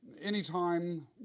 anytime